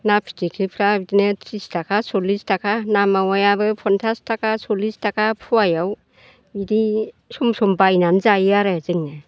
ना फिथिख्रिफ्रा बिदिनो थ्रिस थाखा सललिस थाखा ना मावायाबो फनसास थाखा सललिस थाखा फवायाव बिदि सम सम बायनानै जायो आरो जोङो